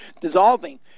dissolving